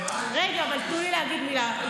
רגע, אבל תנו לי להגיד מילה.